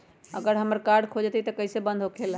अगर हमर कार्ड खो जाई त इ कईसे बंद होकेला?